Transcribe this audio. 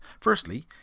Firstly